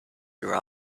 their